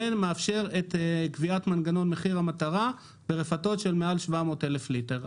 ומאפשרת את קביעת מנגנון מחיר המטרה ברפתות של מעל 700,000 ליטר.